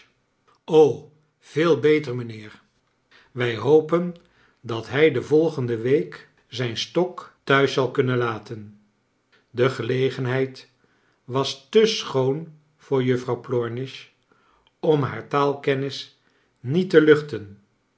veel beter mijnheer wij hopen dat hij de volgencle week zijn stok thuis zal kunnen laten de gelegenheid was te schoon voor juffrouw plornish om haar taalkennis niet te luchten